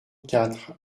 quatre